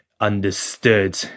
understood